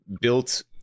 built